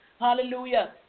Hallelujah